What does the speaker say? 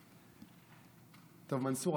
מנסור,